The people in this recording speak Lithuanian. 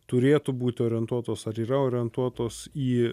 turėtų būti orientuotos ar yra orientuotos į